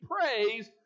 praise